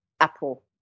apple